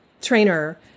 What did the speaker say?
trainer